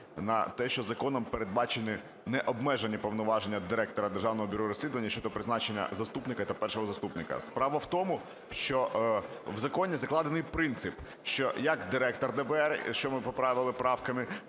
на те, що законом передбачені необмежені повноваження Директора Державного бюро розслідувань щодо призначення заступника та першого заступника. Справа в тому, що в законі закладений принцип, що як Директор ДБР, що ми поправили правками,